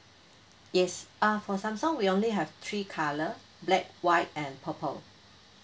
yes uh for samsung we only have three colour black white and purple